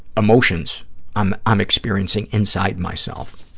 emotions i'm i'm experiencing inside myself.